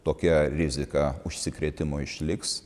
tokia rizika užsikrėtimo išliks